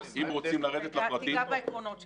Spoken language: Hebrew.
תיגע בעקרונות שלה.